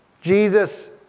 Jesus